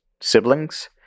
siblings